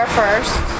first